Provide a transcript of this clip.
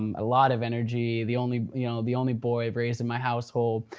um a lot of energy. the only you know the only boy raised in my household.